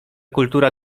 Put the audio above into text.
kultura